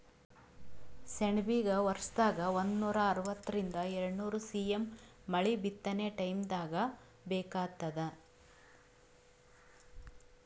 ಸೆಣಬಿಗ ವರ್ಷದಾಗ್ ಒಂದನೂರಾ ಅರವತ್ತರಿಂದ್ ಎರಡ್ನೂರ್ ಸಿ.ಎಮ್ ಮಳಿ ಬಿತ್ತನೆ ಟೈಮ್ದಾಗ್ ಬೇಕಾತ್ತದ